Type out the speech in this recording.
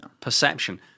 perception